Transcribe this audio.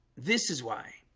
this is why